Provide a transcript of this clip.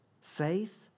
faith